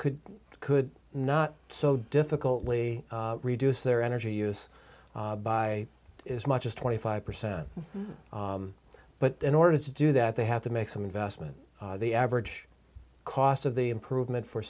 could could not so difficult lee reduce their energy use by as much as twenty five percent but in order to do that they have to make some investment the average cost of the improvement for